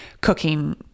cooking